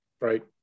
right